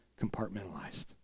compartmentalized